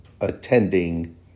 attending